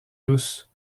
douce